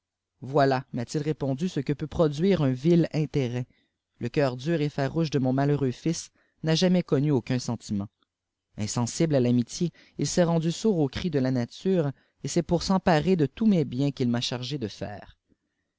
voilà m'a-t-il répondu ce que peut produire un vil intérêt le cœur dur et farouche de mon malheureux fils n'a jamais connu aucun sentiment insensible à l'amitié ins'est rendu sourd aux cris de la nature et c'est pour s'emparer de tous mes biens qu'il m'a chargé de fers